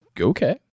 Okay